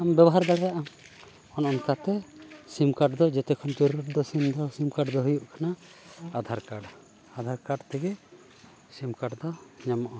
ᱟᱢ ᱵᱮᱵᱚᱦᱟᱨ ᱫᱟᱲᱮᱭᱟᱜᱼᱟ ᱚᱱᱮ ᱚᱱᱠᱟᱛᱮ ᱥᱤᱢ ᱠᱟᱨᱰ ᱫᱚ ᱡᱮᱛᱮ ᱠᱷᱚᱱ ᱨᱮᱫᱚ ᱥᱤᱢ ᱫᱚ ᱥᱤᱢ ᱠᱟᱨ ᱫᱚ ᱦᱩᱭᱩᱜ ᱠᱟᱱᱟ ᱟᱫᱷᱟᱨ ᱠᱟᱨᱰ ᱟᱫᱷᱟᱨ ᱠᱟᱨᱰ ᱛᱮᱜᱮ ᱥᱤᱢ ᱠᱟᱨᱰ ᱫᱚ ᱧᱟᱢᱚᱜᱼᱟ